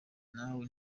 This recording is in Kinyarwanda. nawe